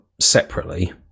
separately